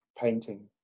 Painting